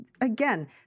again